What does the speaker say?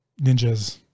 ninjas